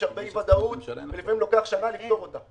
יש הרבה אי ודאות ולפעמים לוקח שנה לפתור אותה.